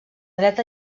dret